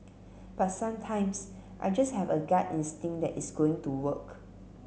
but sometimes I just have a gut instinct that it's going to work